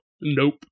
Nope